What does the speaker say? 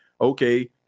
okay